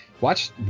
watch